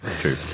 true